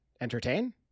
Entertain